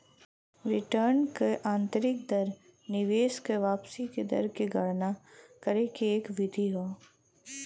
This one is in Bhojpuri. रिटर्न क आंतरिक दर निवेश क वापसी क दर क गणना करे के एक विधि हौ